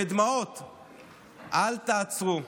בדמעות: אל תעצרו,